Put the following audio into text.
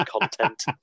content